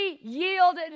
yielded